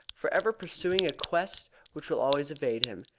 for ever pursuing a quest which will always evade him.